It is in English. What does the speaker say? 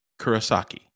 Kurosaki